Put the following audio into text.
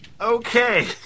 Okay